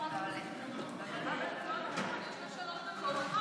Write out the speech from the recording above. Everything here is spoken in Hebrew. גברתי היושבת-ראש, חבריי חברי הכנסת,